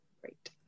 great